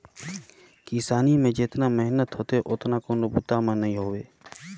किसानी में जेतना मेहनत होथे ओतना कोनों बूता में नई होवे